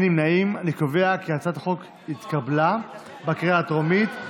החוק התקבלה בקריאה הטרומית,